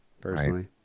personally